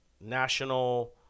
national